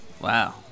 Wow